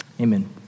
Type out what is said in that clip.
amen